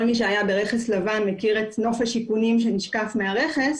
כל מי שהיה ברכס לבן מכיר את נוף השיכונים שנשקף מהרכס